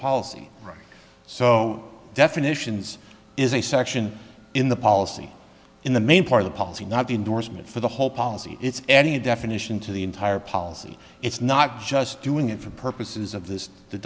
policy so definitions is a section in the policy in the main part of the policy not the endorsement for the whole policy it's any definition to the entire policy it's not just doing it for purposes of this the